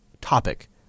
topic